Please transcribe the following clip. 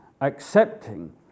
accepting